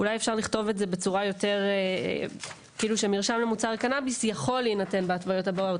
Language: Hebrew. אולי אפשר לכתוב: "מרשם למוצר קנבוס יכול להינתן בהתוויות הבאות",